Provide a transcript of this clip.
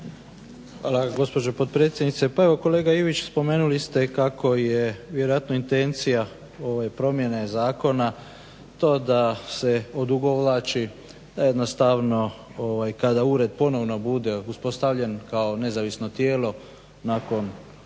Hvala gospođo potpredsjednice. Pa evo kolega Ivić spomenuli ste kako je vjerojatno intencija ove promjene zakona to da se odugovlači da jednostavno kada ured ponovno bude uspostavljen kao nezavisno tijelo nakon što